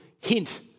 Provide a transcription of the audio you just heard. hint